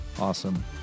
awesome